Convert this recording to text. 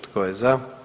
Tko je za?